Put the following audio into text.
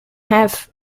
have